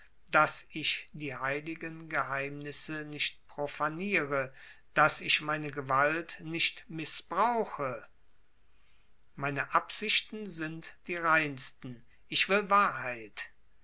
daß ich die heiligen geheimnisse nicht profaniere daß ich meine gewalt nicht mißbrauche meine absichten sind die reinsten ich will wahrheit